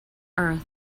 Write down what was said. earth